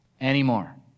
anymore